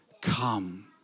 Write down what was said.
come